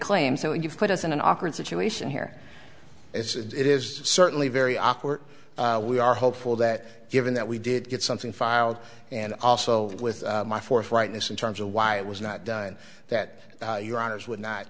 claim so if you put us in an awkward situation here it's is certainly very awkward we are hopeful that given that we did get something filed and also with my forthrightness in terms of why it was not done that your honour's would not